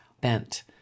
bent